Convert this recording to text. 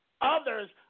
others